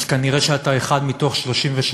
כנראה אתה אחד מ-33%